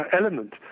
element